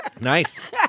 Nice